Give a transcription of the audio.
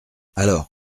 alors